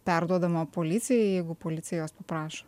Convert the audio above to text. perduodama policijai jeigu policija jos paprašo